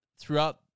throughout